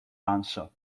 answer